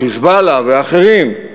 "חיזבאללה" ואחרים,